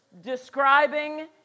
describing